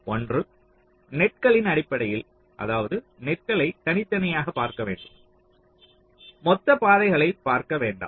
ஒன்று நெட்களின் அடிப்படையில் அதாவது நெட்களை தனித்தனியாகப் பார்க்க வேண்டும் மொத்த பாதைகளைப் பார்க்க வேண்டாம்